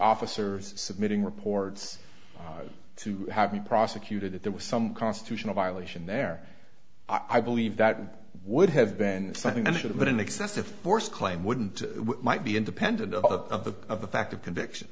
officers submitting reports to having prosecuted it there was some constitutional violation there i believe that would have been something that should have been an excessive force claim wouldn't might be independent of the of the fact of conviction